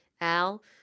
Al